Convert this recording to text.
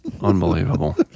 Unbelievable